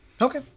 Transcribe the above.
okay